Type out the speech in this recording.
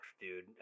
dude